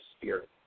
spirit